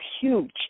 huge